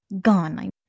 gone